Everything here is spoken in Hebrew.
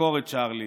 לדקור את צ'רלי